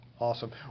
Awesome